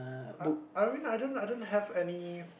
uh I mean I don't I don't have any